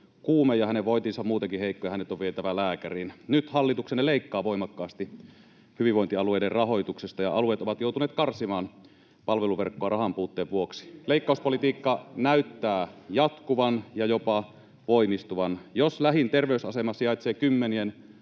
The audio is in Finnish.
kuume ja hänen vointinsa on muutenkin heikko ja hänet on vietävä lääkäriin. Nyt hallituksenne leikkaa voimakkaasti hyvinvointialueiden rahoituksesta, ja alueet ovat joutuneet karsimaan palveluverkkoa rahanpuutteen vuoksi. [Ben Zyskowiczin välihuuto] Leikkauspolitiikka näyttää jatkuvan ja jopa voimistuvan. Jos lähin terveysasema sijaitsee kymmenien,